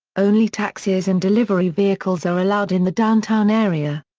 only taxis and delivery vehicles are allowed in the downtown area.